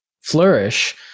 flourish